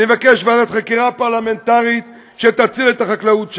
אני מבקש ועדת חקירה פרלמנטרית שתציל את החקלאות שלנו,